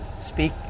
speak